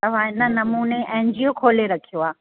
तव्हां हिन नमूने एन जी ओ खोले रखियो आहे